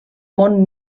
món